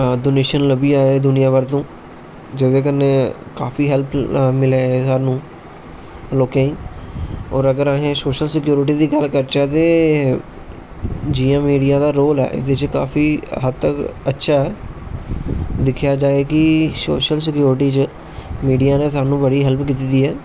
donation लभदी दुनिया भर तू जेहदे कन्नै काफी हेल्फ मिले स्हानू लोकें गी और अगर आसें सोशल सिक्योरिटी दी गल्ल करचे ते जियां मिडिया दा रोल ऐ एहदे च काफी हद तक अच्छा ऐ दिक्खेआ जाए कि सोशल सिक्योरिटी च मीडिया ने स्हानू बड़ी हैल्प कीती दी ऐ